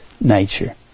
nature